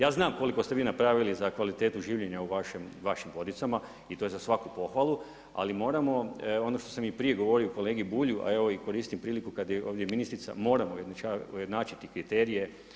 Ja znam koliko ste vi napravili za kvalitetu življenja u vašim Vodicama i to je za svaku pohvalu, ali moramo ono što sam i prije govorio kolegi Bulju, a evo koristim priliku kada je ovdje ministrica, moramo ujednačiti kriterije.